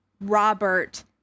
Robert